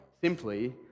Simply